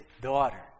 daughter